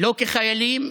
לא כחיילים,